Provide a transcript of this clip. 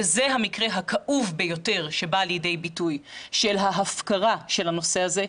וזה המקרה הכאוב ביותר שבא לידי ביטוי של ההפקרה של הנושא הזה,